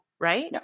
right